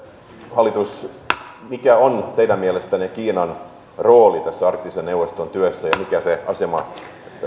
mikä on teidän mielestänne kiinan rooli tässä arktisen neuvoston työssä ja mikä se asema